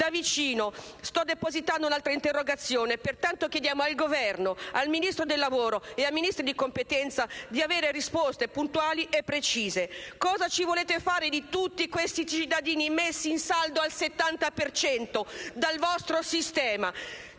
da vicino. Sto depositando un'altra interrogazione in merito e, pertanto, chiediamo al Governo, al Ministro dei lavoro e ai Ministri di competenza, di avere risposte puntuali e precise. Cosa ci volete fare di tutti questi cittadini messi in saldo al 70 per cento dal vostro sistema?